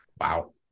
wow